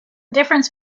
difference